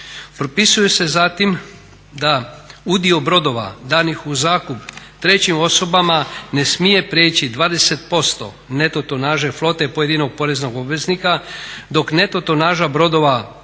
Propisuju se zatim da udio brodova danih u zakup trećim osobama ne smije prijeći 20% neto tonaže flote pojedinog poreznog obveznika, dok neto tonaža brodova uzetih u